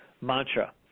mantra